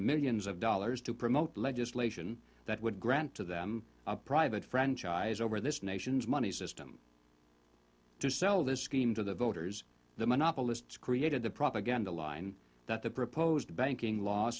millions of dollars to promote legislation that would grant to them a private franchise over this nation's money system to sell this scheme to the voters the monopolists created the propaganda line that the proposed banking l